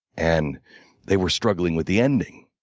and they were struggling with the ending.